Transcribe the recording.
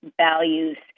values